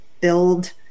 build